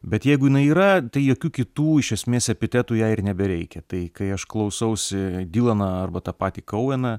bet jeigu jinai yra tai jokių kitų iš esmės epitetų jai ir nebereikia tai kai aš klausausi dylaną arba tą patį koeną